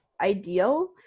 ideal